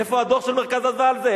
איפה הדוח של "מרכז אדוה" על זה?